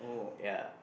ya